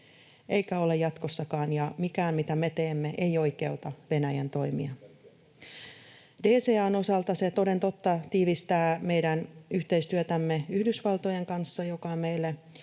eikä ole jatkossakaan. Ja mikään, mitä me teemme, ei oikeuta Venäjän toimia. [Kimmo Kiljunen: Tärkeä muistutus!] DCA:n osalta: Se toden totta tiivistää meidän yhteistyötämme Yhdysvaltojen kanssa, joka on meille